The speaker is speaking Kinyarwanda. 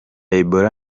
ebola